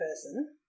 person